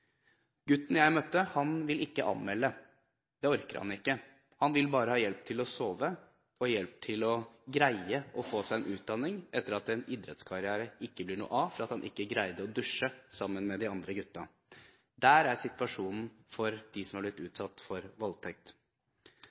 Gutten jeg møtte, vil ikke anmelde. Det orker han ikke. Han vil bare ha hjelp til å sove og hjelp til å greie å få seg en utdanning, etter at en idrettskarriere ikke blir noe av fordi han ikke greide å dusje sammen med de andre gutta. Det er situasjonen for dem som er blitt utsatt for voldtekt.